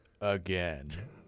again